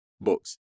books